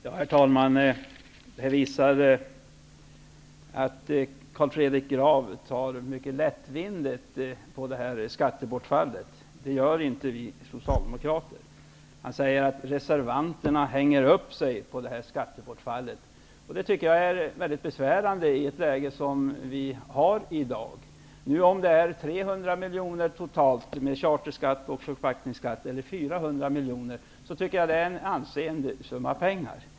Herr talman! Det här visar att Carl Fredrik Graf tar mycket lättvindigt på skattebortfallet. Det gör inte vi socialdemokrater. Han säger att reservanterna ''hänger upp sig'' på skattebortfallet. Jag tycker att skattebortfallet är mycket besvärande i ett läge som det vi har i dag. Vare sig bortfallet handlar om 300 eller 400 miljoner kronor totalt för charterskatt och förpackningsskatt tycker jag att det är en ansenlig summa pengar.